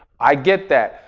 i get that.